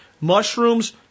Mushrooms